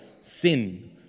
sin